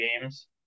games